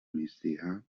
migdia